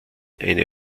eine